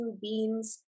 beans